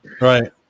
Right